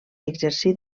exercí